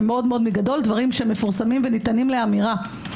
מפורסמים וניתנים לאמירה.